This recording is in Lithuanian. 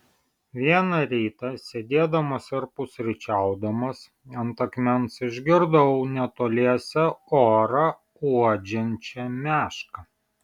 vieną rytą sėdėdamas ir pusryčiaudamas ant akmens išgirdau netoliese orą uodžiančią mešką